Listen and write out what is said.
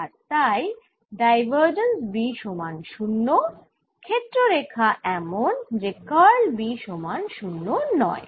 আর তাই divergence B সমান 0 ক্ষেত্র রেখা এমন যে কার্ল B সমান 0 নয়